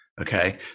Okay